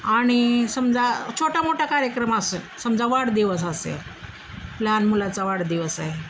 आणि समजा छोटा मोठा कार्यक्रम असे समजा वाढदिवस असेल लहान मुलाचा वाढदिवस आहे